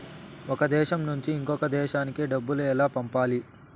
ఒక దేశం నుంచి ఇంకొక దేశానికి డబ్బులు ఎలా పంపాలి?